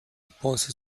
esposa